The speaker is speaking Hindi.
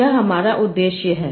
यह हमारा उद्देश्य है